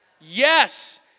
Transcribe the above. Yes